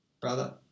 brother